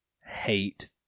hate